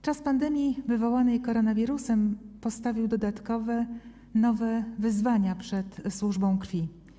Czas pandemii wywołanej koronawirusem postawił dodatkowe, nowe wyzwania przed służbą krwi.